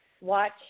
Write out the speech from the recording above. watch